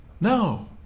No